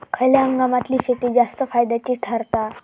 खयल्या हंगामातली शेती जास्त फायद्याची ठरता?